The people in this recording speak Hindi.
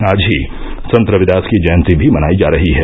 आज ही संत रविदास की जयंती भी मनायी जा रही है